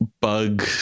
bug